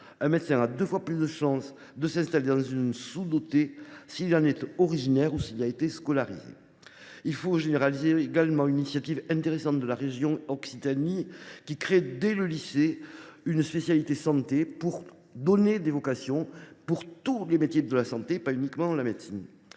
un médecin a deux fois plus de chances de s’installer dans une zone sous dotée s’il en est originaire ou s’il y a été scolarisé. Il faut également généraliser l’initiative intéressante de la région Occitanie, qui a créé dès le lycée une spécialité santé, pour susciter des vocations pour tous les métiers de la santé, au delà de la seule médecine.